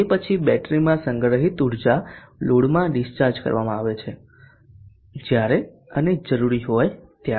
તે પછી બેટરીમાં સંગ્રહિત ઉર્જા લોડમાં ડીસ્ચાર્જ કરવામાં આવે છે જ્યારે અને જરૂરી હોય ત્યારે